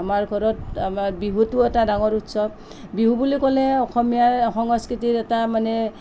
আমাৰ ঘৰত আমাৰ বিহুটো এটা ডাঙৰ উৎসৱ বিহু বুলি ক'লে অসমীয়াৰ সংস্কৃতিৰ এটা মানে